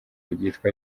ryitwa